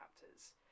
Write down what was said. chapters